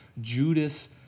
Judas